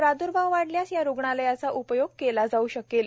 प्राद्भाव वाढल्यास या रुग्णालयाचा उपयोग केला जाऊ शकेल